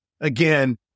Again